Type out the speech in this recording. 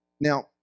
Now